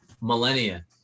millennia